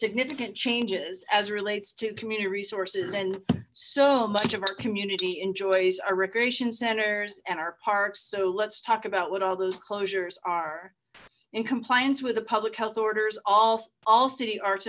significant changes as relates to community resources and so much of our community enjoys our recreation centers and our parks so let's talk about what all those closures are in compliance with the public health orders all all city arts